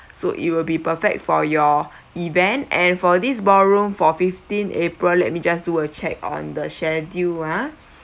so it will be perfect for your event and for this ballroom for fifteen april let me just do a check on the schedule ah